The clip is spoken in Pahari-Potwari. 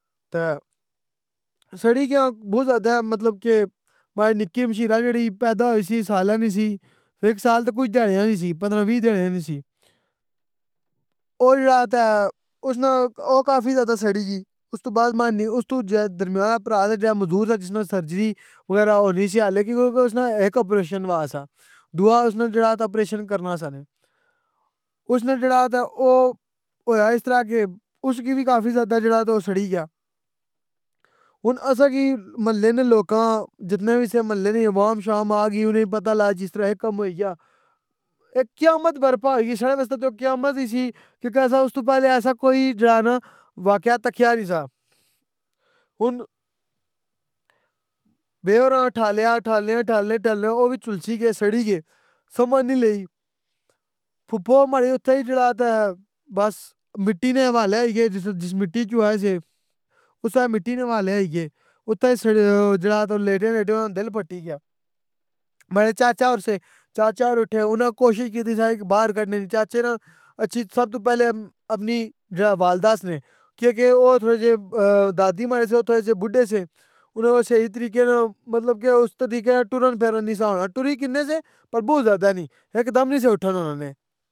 سڑی گیاں بہت زیادہ مطلب کہ ماڑی نکی ہم شیرا جیڑی پیدا ہوئی سی، سالا نی سی، ایک سال تے کچہ تیڑیاں نی سی۔ پندرہ وی تھیلیاں نی سی۔ او جیڑا تے او کافی زیادہ سڑی گئی۔ اس دو بعد ماڑی، اس دو بعد درمیان پرا زا جیڑا معزور زا، جس نی سرجری وغیرہ ہونی سی۔ حلاں کی اسنا ہیک آپریشن ہوا سا، دوا جیڑا اسنا حلیں ہیک آپریشن کرنا سا حلیں۔ او ہویا اس طرح کہ اسنا وی کافی زیادہ او سڑی گیا۔ ہن آسا کی محلے نے لوگوں جتنے وی سے محلے دی عوام شوام آگئی، اننا پتہ لگایا جس طرح اے کم ہوئی گیا۔ اے قیامت برپا ہوئی گئی ساڑے واسطے تے قیامت وی سی کیوں کے استوں پہلے اساں جیڑا نا واقعہ تکیا نی سا۔ ہن میں وی آخنیاں ٹھوالنے ٹوا لنے او وی جلسی گئے سڑی گئے۔ سمجھ نی لئی۔ پھپو ماڑی اتھے ای جیڑا نا بس، مٹی نے حوالے ہوئی گیے جس مٹی سوں آئے سے اس سا مٹی نے حوالے ہوئی گئے۔ اتھا جیڑے لیٹے لیٹے اننا نا دل بھٹی گیا۔ ماڑے چاچا ہور سے، چا چا ہور اٹھے اننا کوشش کیتی باہر کڈنی نی، چاچا نا اچھی سب سے پہلی امی جیڑی والدہ سی، کیاں کے او جیڑے دادی ماڑے سے او تھوڑے جئے بڈھے سے، اننا دہی طریقے نال ٹرن پھرن نی سی ہونا مطلب ٹرن کنے سے، پر بوؤں زیادہ نی، ہیک دم نی سا اٹھن ہونا اننا نے۔